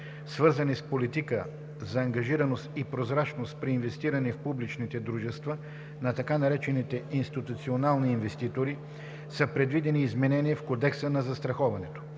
свързани с политика за ангажираност и прозрачност при инвестиране в публичните дружества на така наречените институционални инвеститори, са предвидени изменения в Кодекса за застраховането,